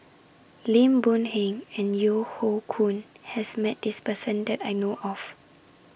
Lim Boon Heng and Yeo Hoe Koon has Met This Person that I know of